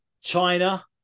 china